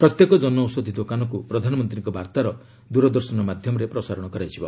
ପ୍ରତ୍ୟେକ ଜନଔଷଦୀ ଦୋକାନକୁ ପ୍ରଧାନମନ୍ତ୍ରୀଙ୍କ ବାର୍ତ୍ତାର ଦୂରଦର୍ଶନ ମାଧ୍ୟମରେ ପ୍ରସାରଣ କରାଯିବ